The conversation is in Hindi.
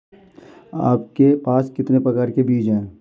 आपके पास कितने प्रकार के बीज हैं?